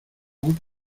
hut